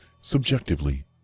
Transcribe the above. subjectively